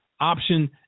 option